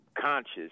conscious